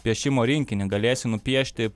piešimo rinkinį galėsi nupiešti